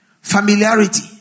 Familiarity